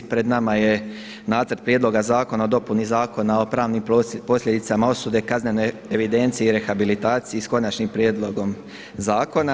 Pred nama je Nacrt prijedloga zakona o dopuni Zakona o pravnim posljedicama osude, kaznene evidencije i rehabilitacije s konačnim prijedlogom zakona.